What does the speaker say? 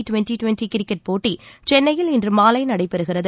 twenty twenty cricket போட்டி சென்னையில் இன்று மாலை நடைபெறுகிறது